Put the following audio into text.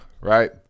Right